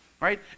right